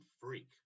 freak